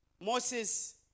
Moses